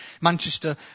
Manchester